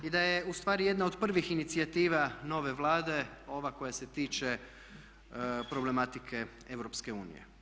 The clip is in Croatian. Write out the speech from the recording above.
I da je ustvari jedna od prvih inicijativa nove Vlade ova koja se tiče problematike EU.